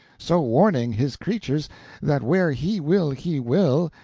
so warning his creatures that where he will he will,